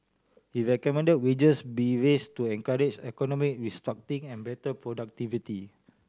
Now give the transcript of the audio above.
he recommend wages be raise to encourage economic restructuring and better productivity